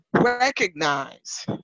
recognize